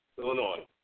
Illinois